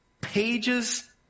pages